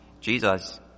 Jesus